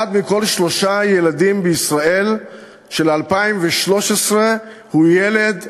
אחד מכל שלושה ילדים בישראל של 2013 הוא ילד עני.